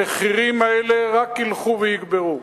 המחירים האלה רק ילכו ויגברו.